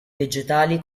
vegetali